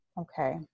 Okay